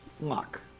luck